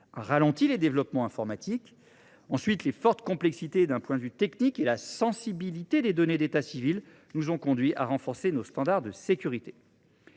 a ralenti les développements informatiques. De plus, la grande complexité technique du dossier et la sensibilité des données d’état civil nous ont conduits à renforcer nos standards de sécurité.